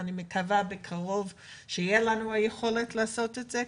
האלה אבל אני מקווה בקרוב שתהיה לנו היכולת לעשות את זה,